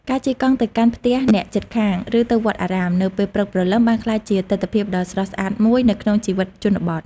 ការជិះកង់ទៅកាន់ផ្ទះអ្នកជិតខាង ឬទៅវត្តអារាមនៅពេលព្រឹកព្រលឹមបានក្លាយជាទិដ្ឋភាពដ៏ស្រស់ស្អាតមួយនៅក្នុងជីវិតជនបទ។